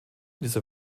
dieser